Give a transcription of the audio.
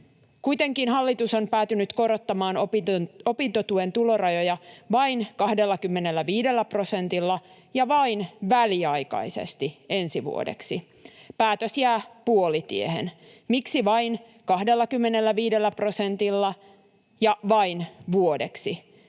Kuitenkin hallitus on päätynyt korottamaan opintotuen tulorajoja vain 25 prosentilla ja vain väliaikaisesti ensi vuodeksi. Päätös jää puolitiehen. Miksi vain 25 prosentilla ja vain vuodeksi,